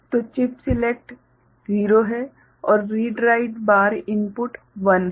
तो chip select 0 है और रीड राइट बार इनपुट 1 है